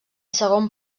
segon